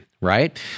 right